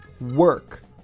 work